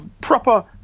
proper